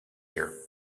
here